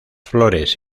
flores